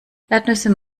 erdnüsse